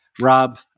rob